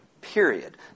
Period